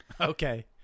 Okay